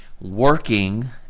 working